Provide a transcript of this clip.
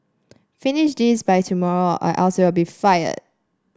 finish this by tomorrow or else you'll be fired